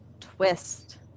twist